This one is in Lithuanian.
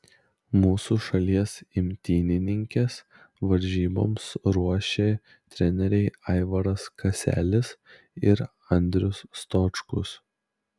mūsų šalies imtynininkes varžyboms ruošė treneriai aivaras kaselis ir andrius stočkus